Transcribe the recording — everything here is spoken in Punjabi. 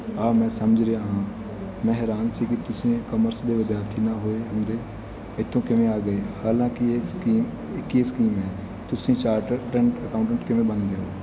ਆਹ ਮੈਂ ਸਮਝ ਰਿਹਾ ਹਾਂ ਮੈਂ ਹੈਰਾਨ ਸੀ ਕਿ ਤੁਸੀਂ ਇਹ ਕਾਮਰਸ ਦੇ ਵਿਦਿਆਰਥੀ ਨਾ ਹੋਏ ਹੁੰਦੇ ਇਥੋਂ ਕਿਵੇਂ ਆ ਗਏ ਹਾਲਾਂਕਿ ਇਹ ਸਕੀਮ ਇੱਕ ਹੀ ਸਕੀਮ ਹੈ ਤੁਸੀਂ ਚਾਰਟਰਡ ਅਟੈਂਟ ਅਕਾਊਂਟੈਂਟ ਕਿਵੇਂ ਬਣਦੇ ਹੋ